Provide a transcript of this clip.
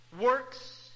works